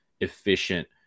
efficient